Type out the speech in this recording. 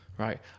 right